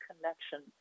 connection